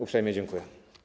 Uprzejmie dziękuję.